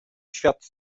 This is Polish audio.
świat